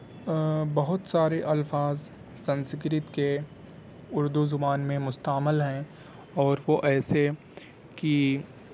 بہت سارے الفاظ سنسکرت کے اردو زبان میں مستعمل ہیں اور وہ ایسے کہ